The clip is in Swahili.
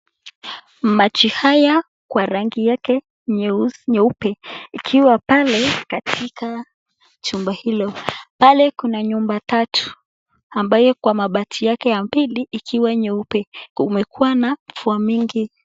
Maji haya kwa rangi yake nyeupe. Ikiwa pale katika chumba hilo. Pale kuna nyumba tatu ambayo kwa mabati yake ya pili ikiwa nyeupe. Kumekuwa na mvua mingi.